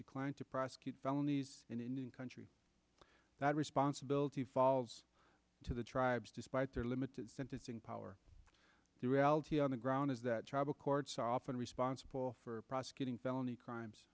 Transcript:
declined to prosecute felonies in indian country that responsibility falls to the tribes despite their limited sentencing power the reality on the ground is that tribal courts often responsible for prosecuting felony crimes